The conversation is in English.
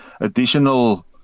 additional